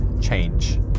change